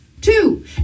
Two